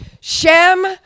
Shem